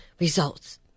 results